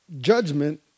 judgment